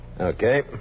Okay